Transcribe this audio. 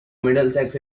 middlesex